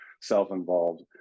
self-involved